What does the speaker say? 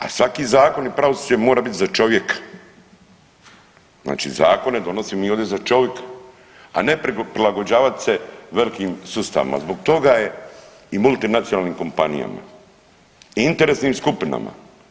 A svaki zakon i pravosuđe mora bit za čovjeka, znači zakone donosimo mi ovdje za čovika, a ne prilagođavat se velikim sustavima zbog toga je i multinacionalnim kompanijama i interesnim skupinama.